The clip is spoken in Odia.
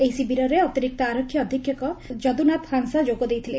ଏହି ଶିବିରରେ ଅତିରିକ୍ତ ଆରକ୍ଷୀ ଅଧୀକ୍ଷକ ଯଦୁନାଥ ହାଁସଦା ଯୋଗ ଦେଇଥିଲେ